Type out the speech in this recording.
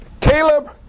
Caleb